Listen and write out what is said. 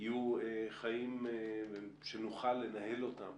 יהיו חיים שנוכל לנהל אותם